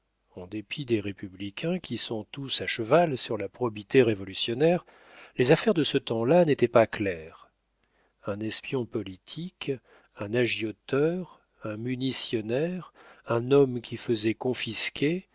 en dépit des républicains qui sont tous à cheval sur la probité révolutionnaire les affaires de ce temps-là n'étaient pas claires un espion politique un agioteur un munitionnaire un homme qui faisait confisquer